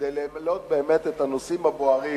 כדי להעלות באמת את הנושאים הבוערים